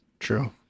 True